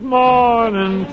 morning